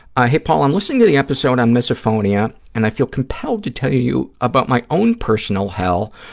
ah hey, paul, i'm listening to the episode on misophonia and i feel compelled to tell you about my own personal hell,